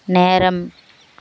நேரம்